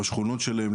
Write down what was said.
בשכונות שלהם,